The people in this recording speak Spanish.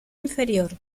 inferior